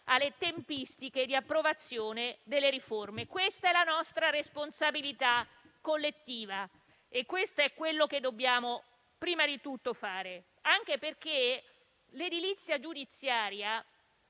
alle tempistiche di approvazione delle riforme. Questa è la nostra responsabilità collettiva, e questo è quello che dobbiamo fare prima di tutto. Anche perché l'edilizia giudiziaria